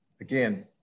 again